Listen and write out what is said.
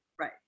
Right